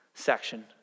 section